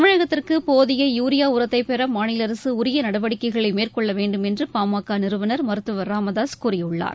தமிழகத்திற்கு போதிய யூரியா உரத்தை பெற மாநில அரசு உரிய நடவடிக்கைகளை மேற்கொள்ள வேண்டும் என்று பாமக நிறுவனர் மருத்துவர் ச ராமதாசு கூறியுள்ளார்